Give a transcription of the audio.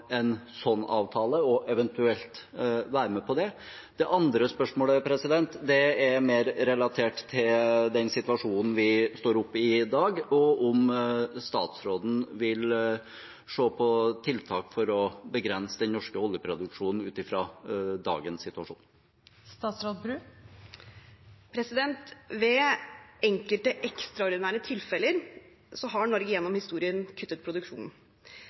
en slik avtale og eventuelt være med på det? Det andre spørsmålet er mer relatert til den situasjonen vi står oppe i i dag: Vil statsråden se på tiltak for å begrense den norske oljeproduksjonen ut fra dagens situasjon? I enkelte ekstraordinære tilfeller har Norge gjennom historien kuttet produksjonen.